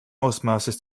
ausmaßes